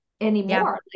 anymore